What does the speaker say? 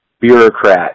bureaucrat